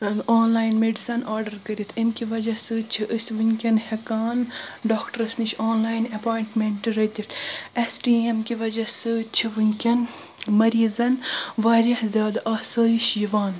online medicine order کٔرتھ امہِ کہِ وجہ سۭتۍ چھ أسۍ ونکیٚن ہیٚکان ڈاکٹرس نِش آنلاین ایٚمپویٚنٹمیٚنٹ رٔٹتھ ایٚس ٹی ایٚم کہ وجہ سۭتۍ چھِ ونکیٚن مٔریزن واریاہ زیادٕ آسٲیش یوان